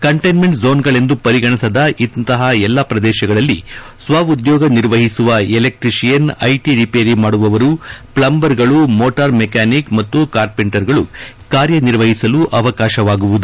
containment ಜೋನ್ಗಳೆಂದು ಪರಿಗಣಿಸದ ಇಂತಹ ಎಲ್ಲಾ ಪ್ರದೇಶಗಳಲ್ಲಿ ಸ್ವ ಉದ್ಯೋಗ ನಿರ್ವಹಿಸುವ ಎಲೆಕ್ಷಿಷಿಯನ್ ಐಟಿ ರಿಪೇರಿ ಮಾಡುವವರು ಪ್ಲಂಬರ್ಗಳು ಮೋಟಾರ್ ಮೆಕಾನಿಕ್ ಮತ್ತು ಕಾರ್ಲೆಂಟರ್ಗಳು ಕಾರ್ಯ ನಿರ್ವಹಿಸಲು ಅವಕಾಶವಾಗುವುದು